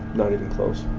not even close.